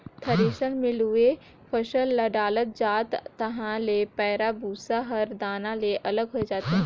thresher मे लुवय फसल ल डालत जा तहाँ ले पैराःभूसा हर दाना ले अलग हो जाथे